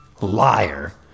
Liar